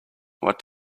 what